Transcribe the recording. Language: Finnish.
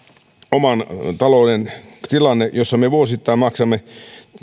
oman talouden tilanne ja se mitä me vuosittain maksamme